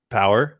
power